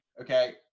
okay